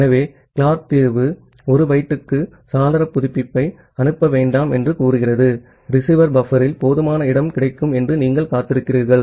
ஆகவே கிளார்க் தீர்வு 1 பைட்டுக்கு சாளர புதுப்பிப்பை அனுப்ப வேண்டாம் என்று கூறுகிறது ரிசீவர் பஃப்பரில் போதுமான இடம் கிடைக்கும் என்று நீங்கள் காத்திருக்கிறீர்கள்